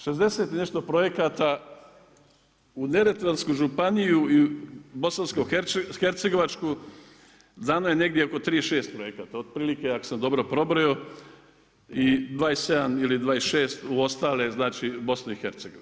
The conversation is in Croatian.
60 i nešto projekata u Neretvansku županiju i Bosansko-hercegovačku dano je negdje oko 36 projekata, otprilike, ako sam dobro pobrojao i 27 ili 26 u ostale znači u BiH.